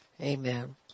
Amen